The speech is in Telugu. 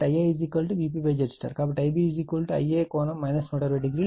కాబట్టి ఈ Ia VpZY కాబట్టి Ib Ia ∠ 1200 అవుతుంది